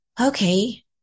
okay